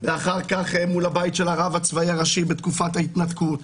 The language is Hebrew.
ואחר כך מול הבית של הרב הצבאי הראשי בתקופת ההתנתקות.